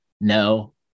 no